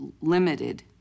limited